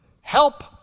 Help